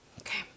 Okay